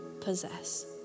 possess